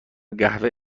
قوه